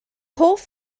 hoff